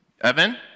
Evan